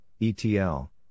ETL